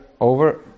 over